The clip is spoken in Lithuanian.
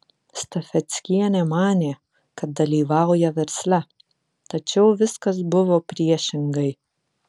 stafeckienė manė kad dalyvauja versle tačiau viskas buvo priešingai